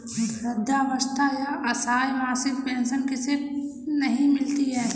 वृद्धावस्था या असहाय मासिक पेंशन किसे नहीं मिलती है?